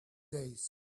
days